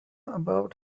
about